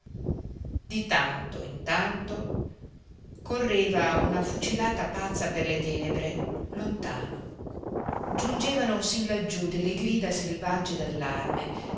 di tanto in tanto correva una fucilata pazza per le tenebre lontano giungevano sin laggiù delle grida selvagge